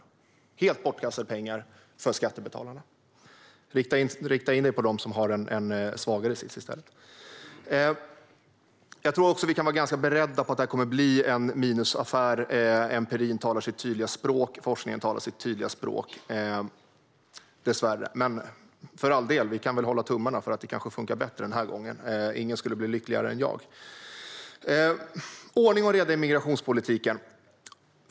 Det är helt bortkastade pengar för skattebetalarna. Rikta in er på dem som har en svagare sits i stället! Jag tror att vi kan vara ganska beredda på att det kommer att bli en minusaffär. Empirin och forskningen talar sitt tydliga språk, dessvärre. Men för all del, vi kan väl hålla tummarna. Det kanske funkar bättre den här gången. Ingen skulle bli lyckligare än jag om det blev så. Det talas om ordning och reda i migrationspolitiken.